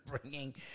bringing